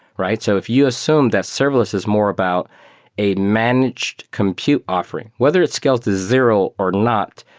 right? so if you assume that serverless is more about a managed compute offering, weathered it's scaled to zero or not,